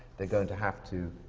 they going to have to